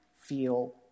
feel